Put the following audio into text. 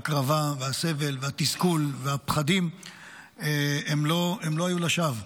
ההקרבה והסבל והתסכול והפחדים לא היו לשווא.